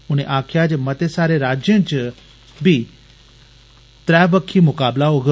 उनें आक्खेआ जे मते सारे राज्यें च फी बी त्रै पक्खी मकाबला होग